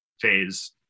phase